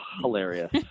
hilarious